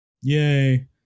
Yay